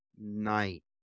night